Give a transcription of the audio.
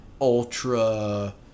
ultra